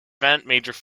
floods